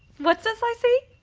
what's this i see?